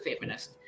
feminist